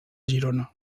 girona